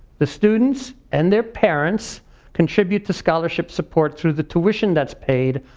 the students and their parents contribute to scholarship support through the tuition that's paid,